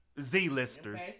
Z-listers